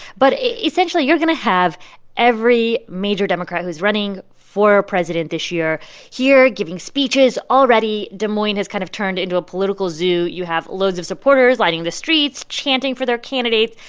but essentially, you're going to have every major democrat who is running for president this year here giving speeches. already, des moines has kind of turned into a political zoo. you have loads of supporters lining the streets, chanting for their candidate.